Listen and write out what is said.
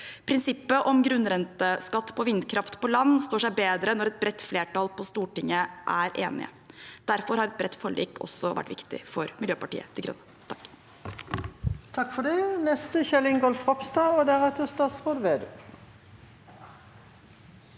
Prinsippet om grunnrenteskatt på vindkraft på land står seg bedre når et bredt flertall på Stortinget er enig. Derfor har et bredt forlik også vært viktig for Miljøpartiet